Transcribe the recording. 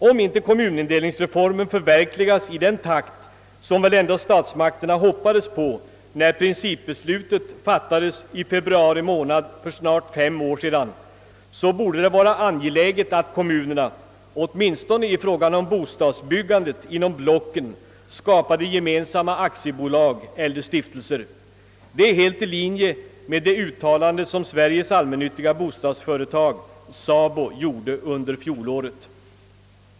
Om inte kommunindelningsformen förverkligas i den takt som väl ändå statsmakterna hoppades på när principbeslutet fattades i februari månad för snart fem år sedan, så borde det vara angeläget att kommunerna åtminstone i fråga om bostadsbyggandet inom blocken skapade gemensamma aktiebolag eller stiftelser. Detta är helt i linje med det uttalande som Sveriges allmännyttiga bostadsföretag, SABO, gjorde under fjolåret.